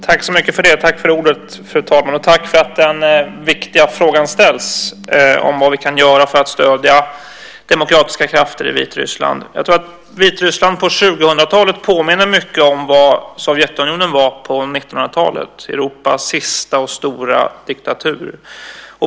Fru talman! Tack för att den viktiga frågan om vad vi kan gör för att stödja demokratiska krafter i Vitryssland ställs. Jag tror att Vitryssland på 2000-talet påminner mycket om det Sovjetunionen var på 1900-talet, Europas sista och stora diktatur.